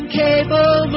cable